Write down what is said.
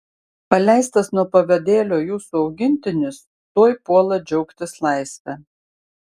paleistas nuo pavadėlio jūsų augintinis tuoj puola džiaugtis laisve